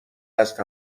است